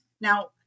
now